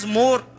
more